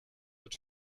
but